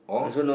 or